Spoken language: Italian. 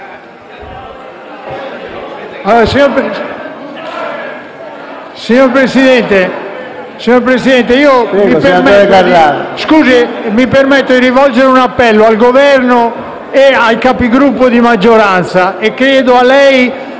Signor Presidente, mi permetto di rivolgere un appello al Governo e ai Capigruppo di maggioranza e chiedo a lei